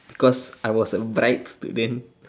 because I was a bright student